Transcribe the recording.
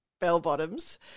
bell-bottoms